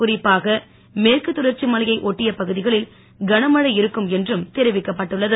குறிப்பாக மேற்கு தொடர்ச்சி மலையை ஒட்டிய பகுதிகளில் கனமழை இருக்கும் என்றும் தெரிவிக்கப்பட்டு உள்ளது